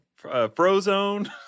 Frozone